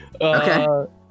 Okay